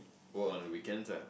go out on weekends ah